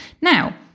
Now